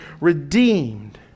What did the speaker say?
redeemed